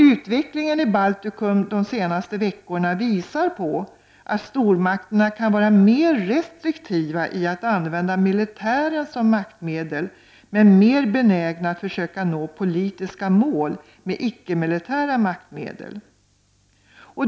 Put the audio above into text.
Utvecklingen i Baltikum de senaste veckorna visar att stormakterna kan vara mer restriktiva med att använda militären som maktmedel, men mer benägna att försöka nå politiska mål med icke militära maktmedel.